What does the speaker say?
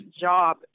job